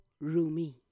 Rumi